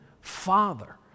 father